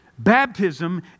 Baptism